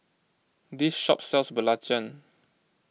this shop sells Belacan